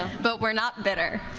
but we are not bitter.